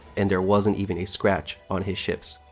and there wasn't even a scratch on his ships.